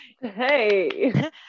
hey